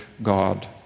God